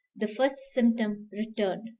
the first symptom returned,